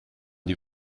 die